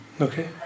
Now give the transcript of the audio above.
Okay